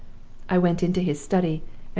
i went into his study,